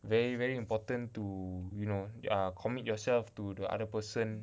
very very important to you know err commit yourself to the other person